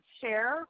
share